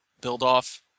build-off